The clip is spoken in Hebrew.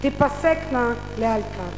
תיפסקנה לאלתר.